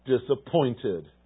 disappointed